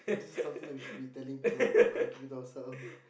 this is something we should be telling to her but I'll keep it to ourselves